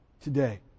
today